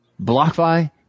BlockFi